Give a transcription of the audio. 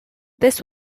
this